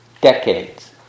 decades